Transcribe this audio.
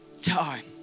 time